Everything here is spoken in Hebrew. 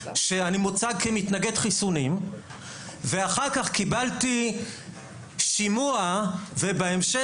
שאני מוצג כמתנגד חיסונים ואחר כך קיבלתי שימוע ובהמשך